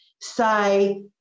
say